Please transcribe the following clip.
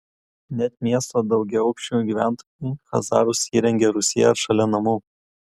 net miesto daugiaaukščių gyventojai chazarus įrengia rūsyje ar šalia namų